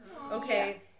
Okay